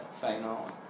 final